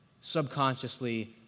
subconsciously